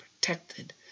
protected